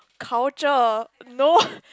culture no